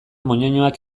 moñoñoak